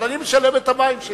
אבל אני משלם על המים שלי.